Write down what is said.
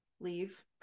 leave